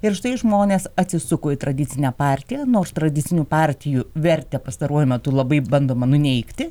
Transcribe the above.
ir štai žmonės atsisuko į tradicinę partiją nors tradicinių partijų vertę pastaruoju metu labai bandoma nuneigti